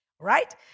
right